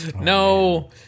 no